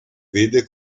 vede